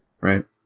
right